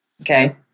Okay